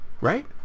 right